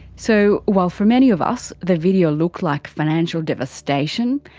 so while for many of us, the video looked like financial devastation,